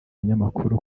binyamakuru